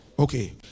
Okay